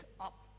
up